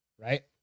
right